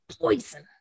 poison